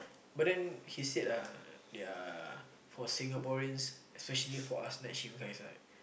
but then he said ah they are for Singaporeans especially for us next shift guys right